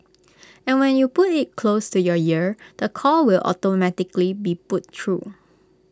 and when you put IT close to your ear the call will automatically be put through